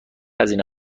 هزینه